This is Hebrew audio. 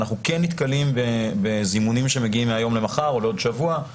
אנחנו כן נתקלים בזימונים שמגיעים מהיום למחר או לעוד שבוע,